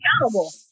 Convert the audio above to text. accountable